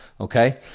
okay